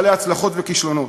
בעלי הצלחות וכישלונות.